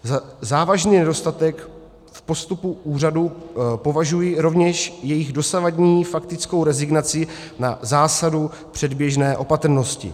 Za závažný nedostatek v postupu úřadů považuji rovněž jejich dosavadní faktickou rezignaci na zásadu předběžné opatrnosti.